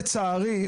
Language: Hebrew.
לצערי,